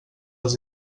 els